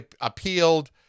appealed